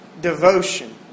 devotion